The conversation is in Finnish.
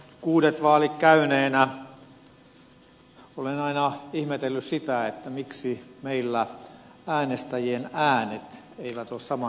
kuudet vaalit käyneenä olen aina ihmetellyt sitä miksi meillä äänestäjien äänet eivät ole samanarvoisia